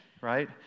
right